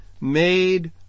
made